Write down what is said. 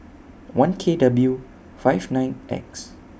one K W five nine X